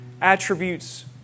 attributes